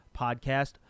podcast